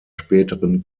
späteren